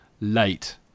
late